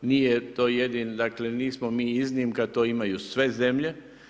Nije to jedini, dakle, nismo mi iznimka to imaju sve zemlje.